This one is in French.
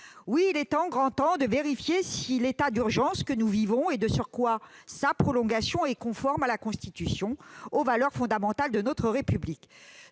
Il est grand temps de vérifier si l'état d'urgence que nous vivons et sa prolongation sont conformes à la Constitution et aux valeurs fondamentales de notre République.